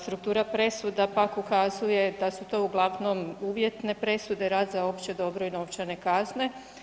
Struktura presuda pak ukazuje da su to uglavnom uvjetne presude, rad za opće dobro i novčane kazne.